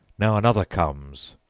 now another comes,